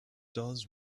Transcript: does